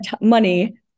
money